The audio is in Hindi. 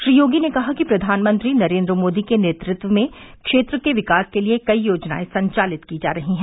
श्री योगी ने कहा कि प्रधानमंत्री नरेन्द्र मोदी के नेतृत्व में क्षेत्र के विकास के लिये कई योजनाए संचालित की जा रही हैं